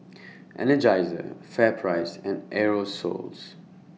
Energizer FairPrice and Aerosoles